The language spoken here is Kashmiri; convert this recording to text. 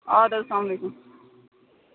اَدٕ حظ السلامُ علیکُم